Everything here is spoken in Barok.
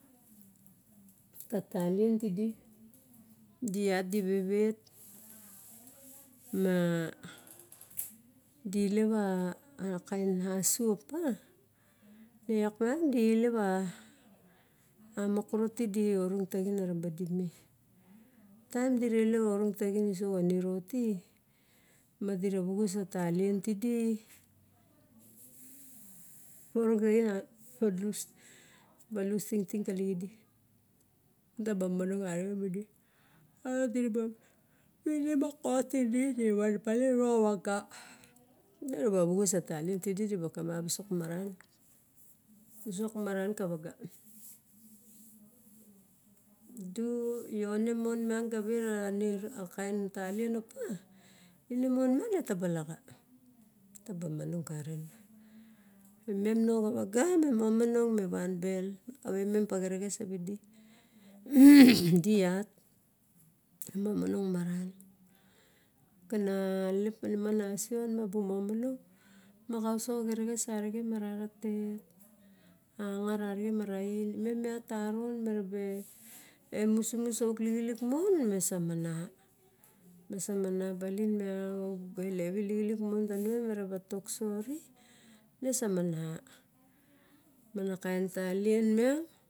Tatalien tidi, di iat di vevet ma di ilep akain asu apa ne iak miang dilep a amokorot tidi orong taxin na raba dime taem dira ilep a orong taxin ciso xa niroti ma dira vuxus a niro ti ma dira vuxus a talien tidi balus tingting kali xi di ta ba momonong arixen midi diraba vinim a kot tidi dira ba van baling uro xa vaga. Diraba vuxus a talien tidi dira ba kamap visok, maran, visok maran ka vaga du ione mon miang ga vera kaen talien opa ine mon miang neba laxa taba monang karen imem nao xa vaga mimomonong mi van bel kavae mem pa xerexes tavidi idi iat mi momong mara kana alelep pa nima nasion mabuk momonong maxaosoxo xerexes ariven mara tet angat arixen mara oin mem iat taron meraba emusumus auk lixilik mon me sa mana mesa mana balin miang auk bel evi lixilik mon tanimem mera tok sori me sa mana ma na kaen talien miang.